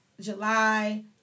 July